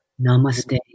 Namaste